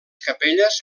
capelles